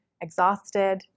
exhausted